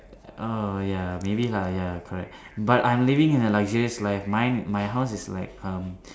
oh ya maybe lah ya correct but I'm living in a luxurious life mine my house is like um